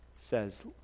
says